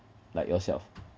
like yourself